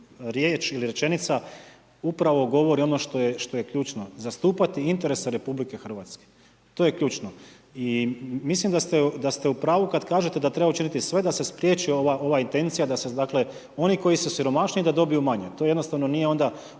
ili rečenica upravo govori ono što je ključno, zastupati interese RH. To je ključno. I mislim da ste u pravu kad kažete da treba učiniti sve da se spriječi ovaj intencija da se dakle oni koji su siromašniji da dobiju manje, to jednostavnije nije onda,